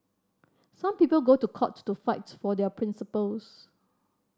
some people go to court to fight for their principles